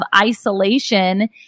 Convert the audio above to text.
isolation